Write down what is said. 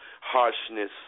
harshness